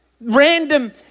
Random